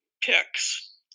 picks